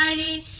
and a